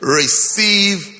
receive